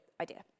idea